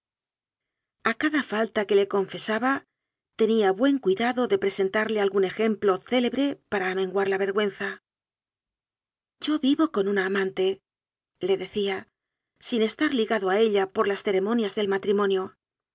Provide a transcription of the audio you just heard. cada falta que le confesaba tenía buen cuidado de presentarle algún ejemplo célebre para amen guar la vergüenza yo vivo con una amantele decíasin estar ligado a ella por las ceremonias del matrimonio